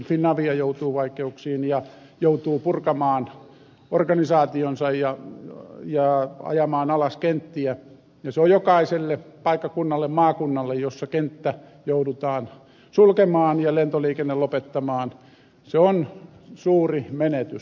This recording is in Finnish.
finavia joutuu vaikeuksiin ja joutuu purkamaan organisaationsa ja ajamaan alas kenttiä ja se on jokaiselle paikkakunnalle maakunnalle jossa kenttä joudutaan sulkemaan ja lentoliikenne lopettamaan suuri menetys